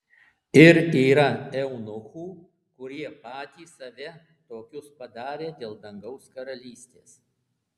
ir yra eunuchų kurie patys save tokius padarė dėl dangaus karalystės